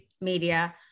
media